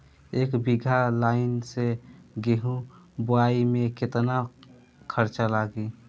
एक बीगहा लाईन से गेहूं बोआई में केतना खर्चा लागी?